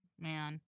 man